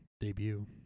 debut